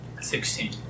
Sixteen